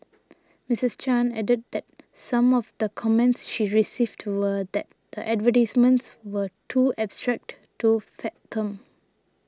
Mistreess Chan added that some of the comments she received were that the advertisements were too abstract to fathom